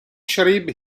schrieb